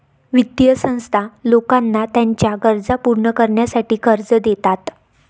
वित्तीय संस्था लोकांना त्यांच्या गरजा पूर्ण करण्यासाठी कर्ज देतात